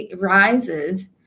rises